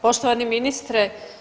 Poštovani ministre.